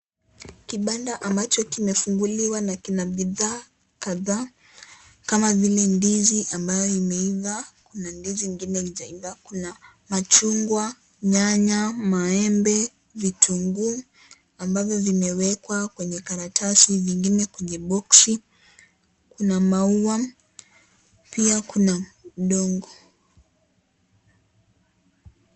Kibanda ambacho kimefunguliwa na kina bidhaa kama vile ndizi ambayo imeiva, kuna ndizi ingine hijaiva, kuna machungwa, nyanya, maembe, vitunguu ambavyo vimewekwa kwenye karatasi na vingine kwenye boksi. Kuna maua pia kuna udongo.